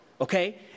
okay